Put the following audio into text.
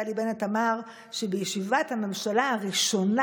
נפתלי בנט אמר שבישיבת הממשלה הראשונה